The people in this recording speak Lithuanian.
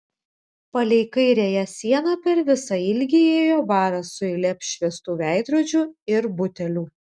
palei kairiąją sieną per visą ilgį ėjo baras su eile apšviestų veidrodžių ir butelių